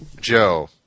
Joe